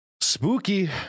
spooky